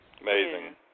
Amazing